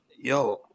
Yo